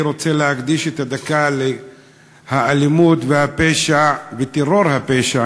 אני רוצה להקדיש את הדקה לאלימות והפשע ו"טרור הפשע",